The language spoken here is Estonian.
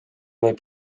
võib